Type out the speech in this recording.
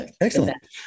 excellent